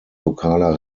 lokaler